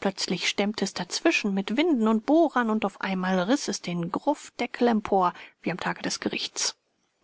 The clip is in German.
plötzlich stemmte es dazwischen mit winden und bohrern und auf einmal riß es den gruftdeckel empor wie am tage des gerichtes